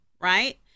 right